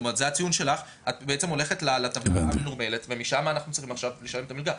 את בעצם להולכת לטבלה המנורמלת ומשם אנחנו צריכים לשלם את המלגה.